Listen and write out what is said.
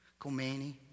Khomeini